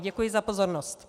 Děkuji za pozornost.